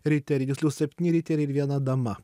riteriai tiksliau septyni riteriai ir viena dama